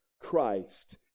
Christ